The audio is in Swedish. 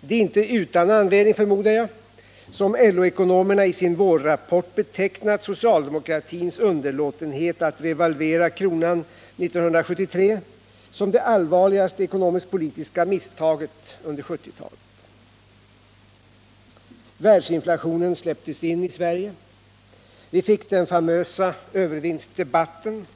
Det är inte utan anledning som LO-ekonomerna i sin vårrapport betecknat socialdemokratins underlåtenhet att revalvera kronan 1973 som det allvarligaste ekonomiskt-politiska misstaget under 1970-talet. Världsinflationen släpptes in i Sverige. Vi fick den famösa övervinstdebatten